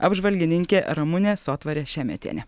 apžvalgininkė ramunė sotvarė šemetienė